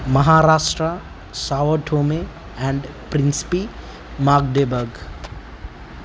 మహారాష్ట్ర సావట్హోమి అండ్ ప్రిన్స్పి మాగదేబాగ్